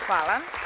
Hvala.